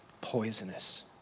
poisonous